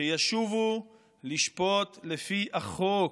שישובו לשפוט לפי החוק,